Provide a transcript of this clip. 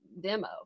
demo